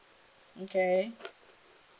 okay